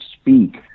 speak